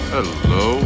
Hello